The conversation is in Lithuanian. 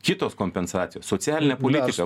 kitos kompensacijos socialinė politika